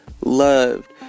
loved